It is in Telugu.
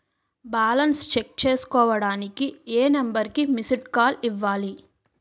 బాలన్స్ చెక్ చేసుకోవటానికి ఏ నంబర్ కి మిస్డ్ కాల్ ఇవ్వాలి?